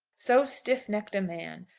so stiffnecked a man,